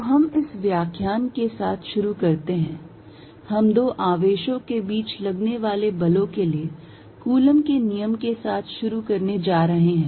तो हम इस व्याख्यान के साथ शुरु करते हैं हम दो आवेशों के बीच लगने वाले बलों के लिए कूलॉम के नियम के साथ शुरु करने जा रहे हैं